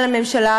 על הממשלה,